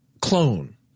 clone